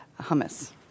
hummus